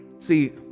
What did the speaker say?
See